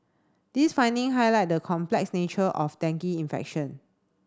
these finding highlight the complex nature of dengue infection